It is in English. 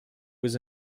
was